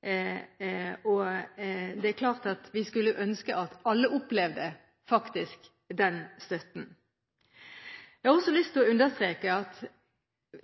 men det er klart at vi skulle ønske at alle faktisk opplevde den støtten. Jeg har også lyst til å understreke at